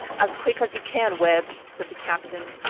as quick as you can, webb! said the captain.